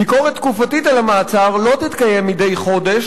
ביקורת תקופתית על המעצר לא תתקיים מדי חודש,